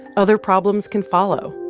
other problems can follow.